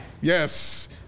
Yes